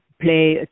play